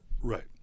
Right